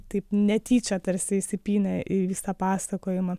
taip netyčia tarsi įsipynė į visą pasakojimą